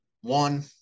one